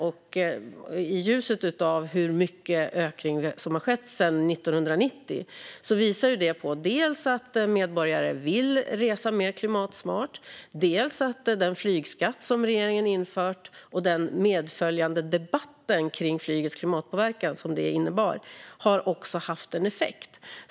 I ljuset av hur stor ökning som har skett sedan 1990 visar detta dels att medborgare vill resa mer klimatsmart, dels att den flygskatt som regeringen har infört och den debatt kring flygets klimatpåverkan som den innebar har haft en effekt.